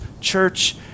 Church